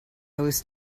was